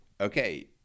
okay